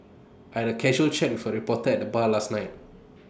I had A casual chat with A reporter at the bar last night